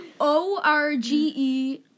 O-R-G-E